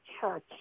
church